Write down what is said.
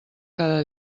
cada